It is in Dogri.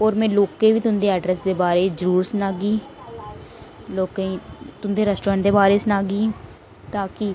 और में लोकें बी तुआढ़े रेस्ट्रोरेंट दे बारे च जरूर सनागी लोकें गी तुंदे रेस्ट्रोरेंट दे बारे च जरुर सनागे ताकि